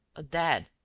a dead,